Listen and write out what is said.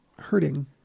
hurting